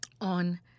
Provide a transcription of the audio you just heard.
on